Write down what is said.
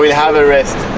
have a rest